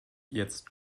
jetzt